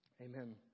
Amen